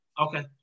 okay